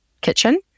kitchen